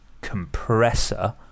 compressor